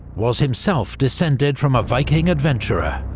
was himself descended from a viking adventurer.